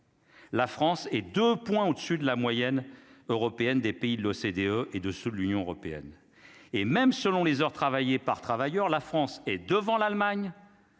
La France et 2 points au-dessus de la moyenne européenne, des pays de l'OCDE et de se l'Union européenne et même selon les heures travaillées par travailleur, la France et devant l'Allemagne